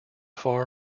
far